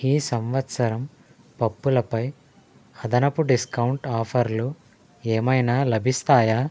ఈ సంవత్సరం పప్పులు పై అదనపు డిస్కౌంట్ ఆఫర్లు ఏమైనా లభిస్తాయా